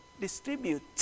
Distribute